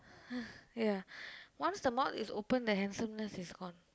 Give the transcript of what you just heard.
ya once the mouth is open the handsomeness is gone